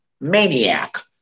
maniac